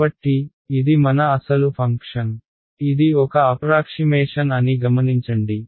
కాబట్టి ఇది మన అసలు ఫంక్షన్ ఇది ఒక అప్రాక్షిమేషన్ అని గమనించండి